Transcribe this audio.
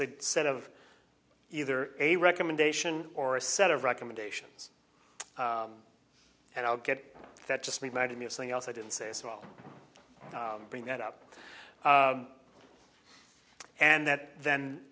a set of either a recommendation or a set of recommendations and i'll get that just reminded me of something else i didn't say so i'll bring that up and that then